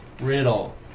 riddle